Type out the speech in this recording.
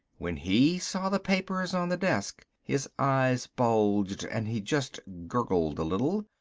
when he saw the papers on the desk his eyes bulged and he just gurgled a little.